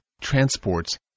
transports